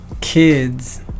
kids